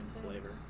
flavor